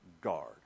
guard